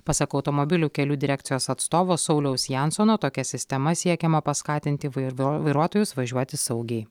pasak automobilių kelių direkcijos atstovo sauliaus jansono tokia sistema siekiama paskatinti vairuo vairuotojus važiuoti saugiai